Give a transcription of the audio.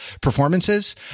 performances